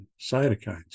cytokines